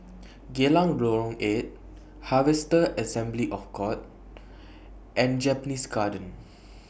Geylang Lorong eight Harvester Assembly of God and Japanese Garden